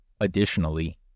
Additionally